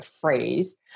phrase